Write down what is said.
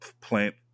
plant